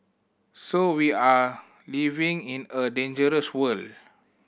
so we are living in a dangerous world